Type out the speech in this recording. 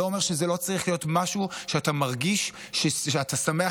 לא אומר שזה לא צריך להיות משהו שאתה מרגיש ששאתה שמח